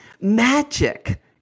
magic